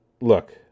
Look